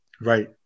Right